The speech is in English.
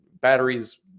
batteries